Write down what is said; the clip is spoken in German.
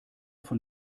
von